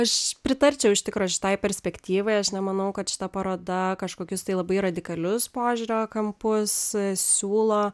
aš pritarčiau iš tikro šitai perspektyvai aš nemanau kad šita paroda kažkokius tai labai radikalius požiūrio kampus siūlo